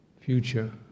Future